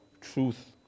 truth